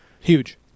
Huge